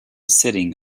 sitting